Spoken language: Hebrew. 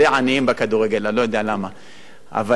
אבל הכוכבים הגדולים יצאו מלמטה.